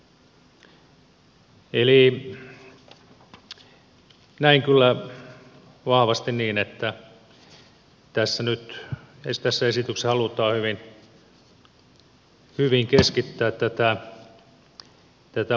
eli näen kyllä vahvasti niin että tässä esityksessä nyt halutaan hyvin keskittää tätä valtaa tänne keskuksiin